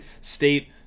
State